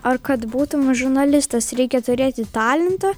ar kad būtum žurnalistas reikia turėti talentą